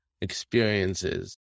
experiences